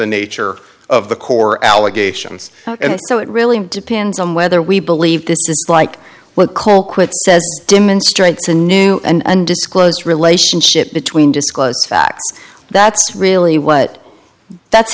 the nature of the core allegations and so it really depends on whether we believe this is like when colquitt says demonstrates a new and disclose relationship between disclosed fact that's really what that's